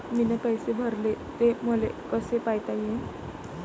मीन पैसे भरले, ते मले कसे पायता येईन?